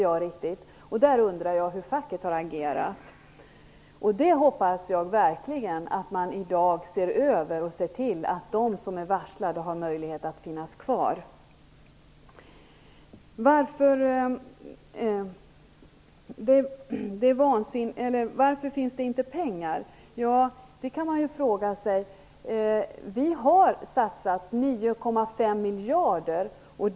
Jag undrar hur facket har agerat. Jag hoppas verkligen att man ser över detta och ser till att de som är varslade har möjlighet att finnas kvar. Ingrid Burman undrar varför det inte finns pengar. Det kan man fråga sig. Vi har satsat 9,5 miljarder.